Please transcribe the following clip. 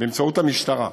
באמצעות המשטרה,